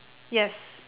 yes